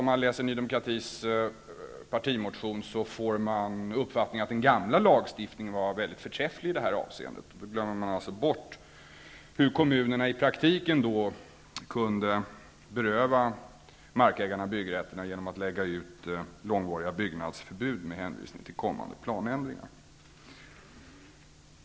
Om man läser Ny demokratis partimotion får man uppfattningen att den gamla lagstiftningen var förträfflig i detta avseende. Då glömmer man bort hur kommunerna i praktiken kunde beröva markägare byggrätter genom att lägga ut långvariga byggnadsförbud med hänvisning till kommande planändringar.